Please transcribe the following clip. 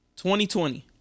2020